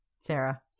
Sarah